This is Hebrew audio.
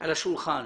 על השולחן.